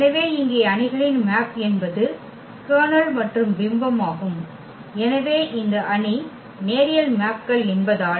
எனவே இங்கே அணிகளின் மேப் என்பது கர்னல் மற்றும் பிம்பம் ஆகும் எனவே இந்த அணி நேரியல் மேப்கள் என்பதால்